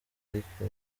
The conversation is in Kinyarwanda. ariko